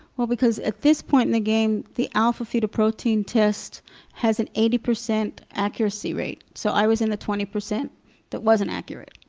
well, because at this point in the game the alpha-fetoprotein test has an eighty percent accuracy rate, so i was in the twenty percent that wasn't accurate.